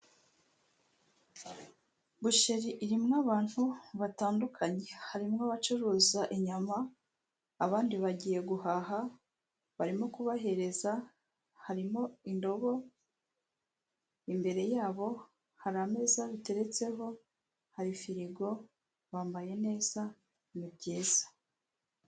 Busheri irimo abantu batandukanye. Harimo abacuruza inyama, abandi bagiye guhaha, barimo kubahereza, harimo indobo, imbere yabo hari ameza biteretseho, hari firigo, bambaye neza ni byiza.